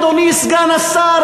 אדוני סגן השר,